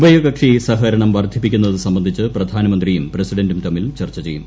ഉഭയകക്ഷി സഹകരണം വർദ്ധിപ്പിക്കുന്നത് സംബന്ധിച്ച് പ്രധാനമന്ത്രിയും പ്രസിഡന്റും തമ്മിൽ ചർച്ച ചെയ്യും